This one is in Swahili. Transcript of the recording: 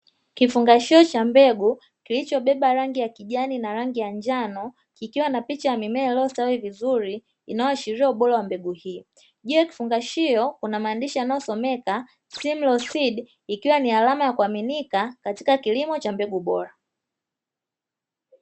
Kifungashio cha mbegu kilichobeba rangi ya kijani na rangi ya njano, kikiwa na picha ya mimea iliyostawi vizuri inayoashiria ubora wa mbegu hii. Juu ya kifungashio kuna maandishi yanayosomeka "Simlos Seed", ikiwa ni alama ya kuaminika katika kilimo cha mbegu bora.